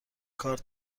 کارت